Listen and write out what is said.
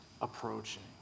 approaching